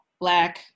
black